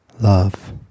love